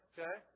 Okay